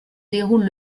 déroule